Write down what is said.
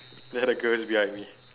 there the girl is behind me